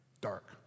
Dark